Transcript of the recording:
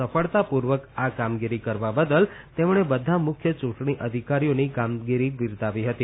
સફળતાપૂર્વક આ કામગીરી કરવા બદલ તેમણે બધા મુખ્ય ચૂંટણી અધિકારીઓની કામગીરી બિરદાવી હતી